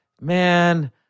man